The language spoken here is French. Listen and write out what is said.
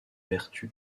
vertu